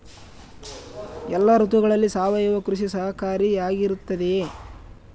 ಎಲ್ಲ ಋತುಗಳಲ್ಲಿ ಸಾವಯವ ಕೃಷಿ ಸಹಕಾರಿಯಾಗಿರುತ್ತದೆಯೇ?